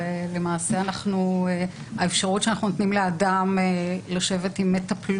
אנחנו נותנים לאדם את האפשרות לשבת עם מטפל